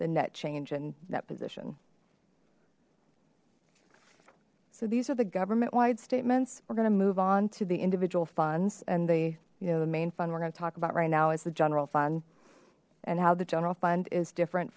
net change in that position so these are the government wide statements we're gonna move on to the individual funds and they you know the main fund we're going to talk about right now is the general fund and how the general fund is different